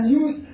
use